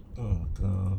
err ter~